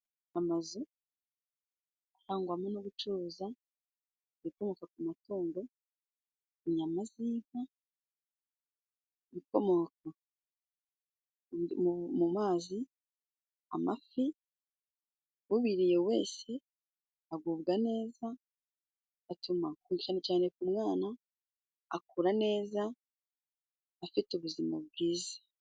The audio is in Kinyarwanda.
Amazu arangwamo no gucuruza ibikomoka ku amatungo, inyama z'inka, ibikomoka mu amazi, amafi. Ubiriye wese agubwa neza, atuma cyane cyane ku umwana akura neza, afite ubuzima bwiza.